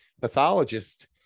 pathologist